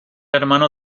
hermano